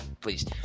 please